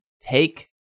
take